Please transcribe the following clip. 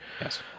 Yes